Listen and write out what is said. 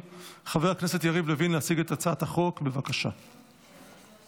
אנו עוברים לנושא הבא על סדר-היום: הצעת חוק ההוצאה לפועל (תיקון מס'